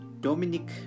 Dominic